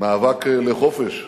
מאבק לחופש.